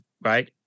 right